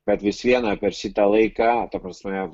bet vis viena per šitą laiką ta prasme